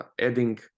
adding